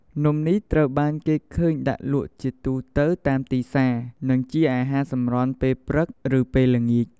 នំនេះត្រូវបានគេឃើញដាក់លក់ជាទូទៅតាមទីផ្សារ និងជាអាហារសម្រន់ពេលព្រឹក ឬពេលល្ងាច។